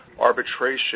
arbitration